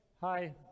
Hi